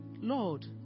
Lord